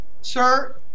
Sir